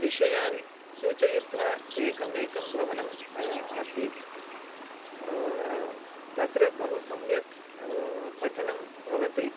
विषयान् सूचयित्वा एकम् एकं भवनम् अ आसीत् तत्र बहु सम्यक् पठनं भवति